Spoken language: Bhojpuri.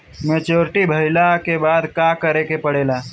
मैच्योरिटी भईला के बाद का करे के पड़ेला?